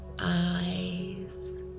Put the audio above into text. eyes